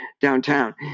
downtown